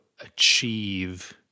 achieve